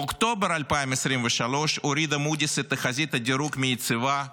באוקטובר 2023 הורידה מודי'ס את תחזית הדירוג מיציבה לשלילית.